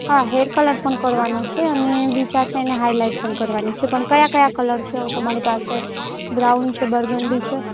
હા hair colour પણ કરવાનો છે અને બીજા છે એને હાઈલાઈટ પણ કરવાની છે પણ કયા કયા કલર છે તમારી પાસે બ્રાઉન છે બરગંડી છે